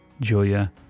Julia